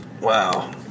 wow